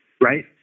right